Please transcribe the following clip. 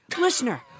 Listener